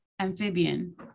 amphibian